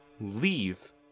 leave